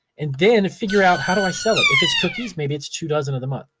and then, figure out how do i sell it. if it's cookies, maybe it's two dozen of the month,